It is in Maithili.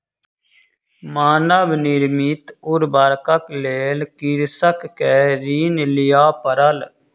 मानव निर्मित उर्वरकक लेल कृषक के ऋण लिअ पड़ल